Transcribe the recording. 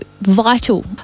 vital